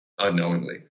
Unknowingly